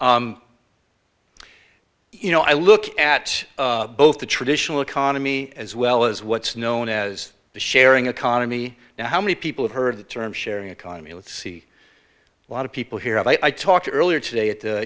you know i look at both the traditional economy as well as what's known as the sharing economy and how many people have heard the term sharing economy with see a lot of people here and i talked earlier today at the